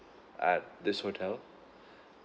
at this hotel